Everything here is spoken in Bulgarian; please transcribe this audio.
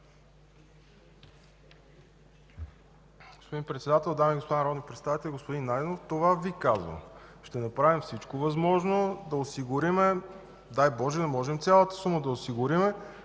Господин Председател, дами и господа народни представители! Господин Найденов, това Ви казвам: ще направим всичко възможно да осигурим, дай Боже, да можем да осигурим